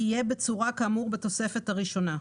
יהיה בצורה כאמור בתוספת הראשונה".